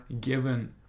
given